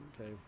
Okay